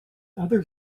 other